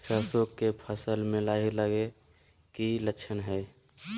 सरसों के फसल में लाही लगे कि लक्षण हय?